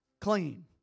clean